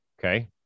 Okay